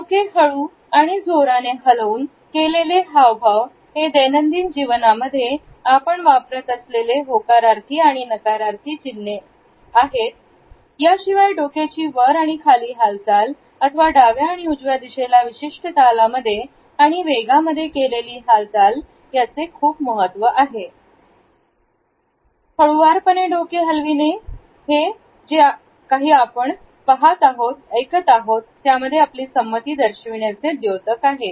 डोके हळु आणि जोराने हलवून केलेले हावभाव हे दैनंदिन जीवनामध्ये आपण वापरत असलेली होकारार्थी आणि नकारार्थी चिन्हे आहेत त्याशिवाय डोक्याची वर आणि खाली हालचाल अथवा डाव्या आणि उजव्या दिशेला विशिष्ट तालामध्ये आणि वेगामध्ये केलेले हालचाल याचे खूप महत्त्व आहे हळुवारपणे डोके हलवणे हे जे काही आपण पहात आहोत ऐकत आहोत त्यामध्ये समती दर्शविण्याचे द्योतक आहे